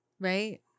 right